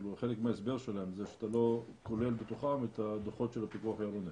אם חלק מההסבר שלהם זה שאתה לא כולל בתוכם את הדוחות של הפיקוח העירוני.